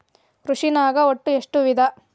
ಕೃಷಿನಾಗ್ ಒಟ್ಟ ಎಷ್ಟ ವಿಧ?